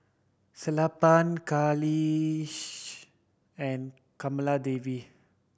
Sellapan Kailash and Kamaladevi